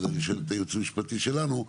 אני שואל את הייעוץ המשפטי שלנו.